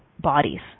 bodies